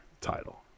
title